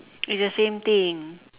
it's the same thing